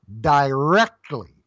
directly